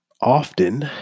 often